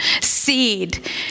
seed